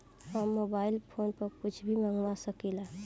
हम mobile phone पर कुछ भी मंगवा सकिला?